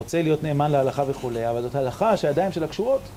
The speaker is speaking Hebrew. רוצה להיות נאמן להלכה וכו', אבל זאת הלכה שהידיים שלה קשורות.